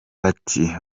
bati